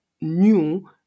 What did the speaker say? new